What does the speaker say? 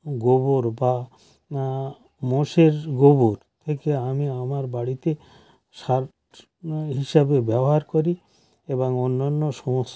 গোবর বা মোষের গোবর থেকে আমি আমার বাড়িতে সার হিসাবে ব্যবহার করি এবং অন্যান্য সমস